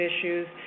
issues